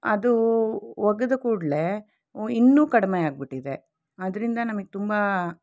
ಅದು ಒಗೆದ ಕೂಡಲೇ ಇನ್ನೂ ಕಡಿಮೆ ಆಗಿಬಿಟ್ಟಿದೆ ಅದರಿಂದ ನಮಗೆ ತುಂಬ